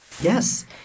Yes